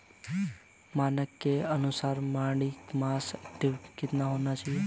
मानक के अनुसार बॉडी मास इंडेक्स कितना होना चाहिए?